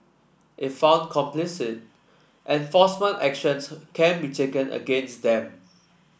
if found complicit enforcement actions can be taken against them